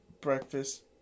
breakfast